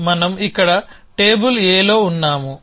మనం ఇక్కడ టేబుల్ Aలో ఉన్నాము